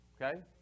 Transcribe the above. okay